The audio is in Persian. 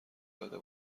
داده